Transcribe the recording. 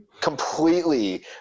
Completely